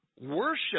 worship